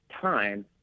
time